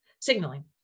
signaling